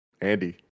andy